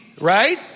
right